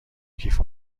کیف